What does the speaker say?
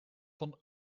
van